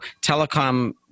Telecom